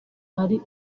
ari